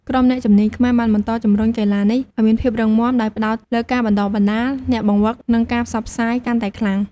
ក្រុមអ្នកជំនាញខ្មែរបានបន្តជំរុញកីឡានេះឲ្យមានភាពរឹងមាំ ដោយផ្ដោតលើការបណ្តុះបណ្តាលអ្នកបង្វឹក និងការផ្សព្វផ្សាយកាន់តែខ្លាំង។